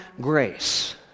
grace